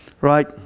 right